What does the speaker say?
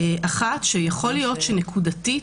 יכול להיות שנקודתית,